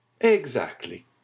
Exactly